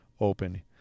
Open